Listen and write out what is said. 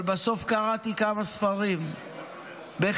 אבל בסוף קראתי כמה ספרים בחינם,